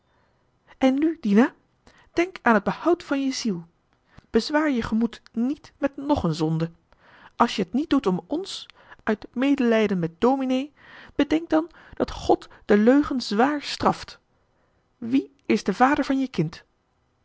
en nu dina denk aan het behoud van je ziel johan de meester de zonde in het deftige dorp bezwaar je gemoed niet met nog een zonde als je het niet doet om ons uit medelijden met dominee bedenk dan dat god de leugen zwaar straft wie is de vader van je kind